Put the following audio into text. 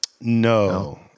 No